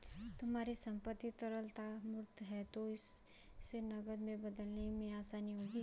तुम्हारी संपत्ति तरलता मूर्त है तो इसे नकदी में बदलने में आसानी होगी